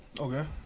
Okay